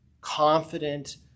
confident